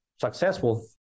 successful